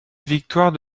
victoire